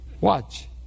Watch